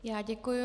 Já děkuji.